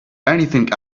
anything